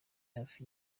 hafi